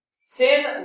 Sin